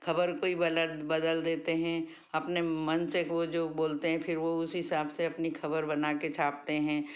खबर को ही बदल देते हैं अपने मन से वो जो बोलते हैं फिर वो उसी हिसाब से अपनी खबर बना के छापते हैं